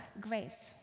Grace